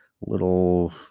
little